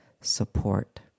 support